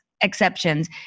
exceptions